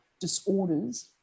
disorders